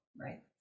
right